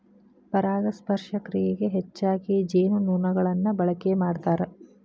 ಪರಾಗಸ್ಪರ್ಶ ಕ್ರಿಯೆಗೆ ಹೆಚ್ಚಾಗಿ ಜೇನುನೊಣಗಳನ್ನ ಬಳಕೆ ಮಾಡ್ತಾರ